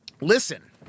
listen